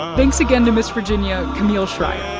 thanks again to miss virginia camille schrier.